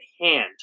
hand